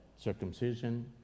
circumcision